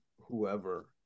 whoever